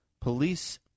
police